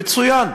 מצוין.